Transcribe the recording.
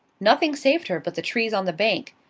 nothing saved her but the trees on the bank.